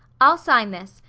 i'll sign this,